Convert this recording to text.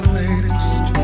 latest